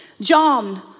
John